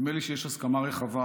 נדמה לי שיש הסכמה רחבה,